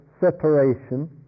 separation